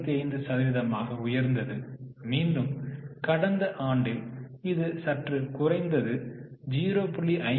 55 சதவீதமாக உயர்ந்தது மீண்டும் கடந்த ஆண்டில் இது சற்று குறைந்து 0